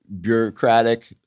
bureaucratic